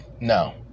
no